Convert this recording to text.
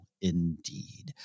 indeed